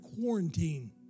quarantine